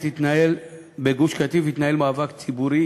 סתיו, צריך, של ועדת חוקה,